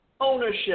ownership